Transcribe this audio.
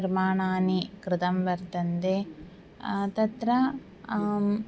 निर्माणानि कृतं वर्तन्ते तत्र आम्